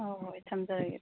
ꯍꯣꯏ ꯍꯣꯏ ꯊꯝꯖꯔꯒꯦ